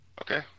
Okay